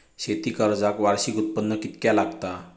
शेती कर्जाक वार्षिक उत्पन्न कितक्या लागता?